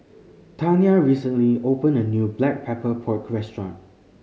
Tania recently opened a new Black Pepper Pork restaurant